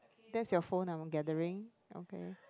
that's your phone I'm on gathering okay